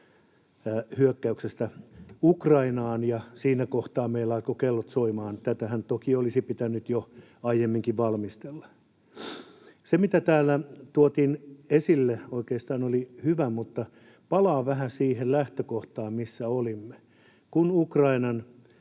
hyökkäyksestä Ukrainaan ja siinä kohtaa meillä alkoivat kellot soimaan — tätähän toki olisi pitänyt jo aiemminkin valmistella. Se, mitä täällä tuotiin esille, oli oikeastaan hyvä, mutta palaan vähän siihen lähtökohtaan, missä olimme. Kun Ukrainan